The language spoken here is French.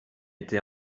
été